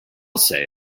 say